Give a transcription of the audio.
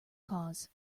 cause